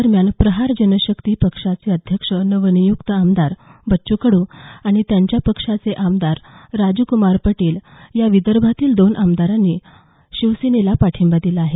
दरम्यान प्रहार जनशक्ती पक्षाचे अध्यक्ष नवनिय्क्त आमदार बच्चू कडू आणि त्यांच्या पक्षाचे आमदार राजक्मार पटेल या विदर्भातील दोन आमदारांनी शिवसेनेला पाठिंबा दिला आहे